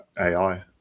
AI